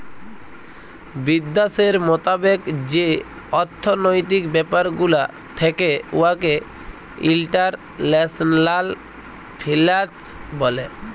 বিদ্যাশের মতাবেক যে অথ্থলৈতিক ব্যাপার গুলা থ্যাকে উয়াকে ইল্টারল্যাশলাল ফিল্যাল্স ব্যলে